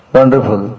Wonderful